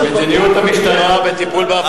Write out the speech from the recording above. מדיניות המשטרה בטיפול בהפגנות,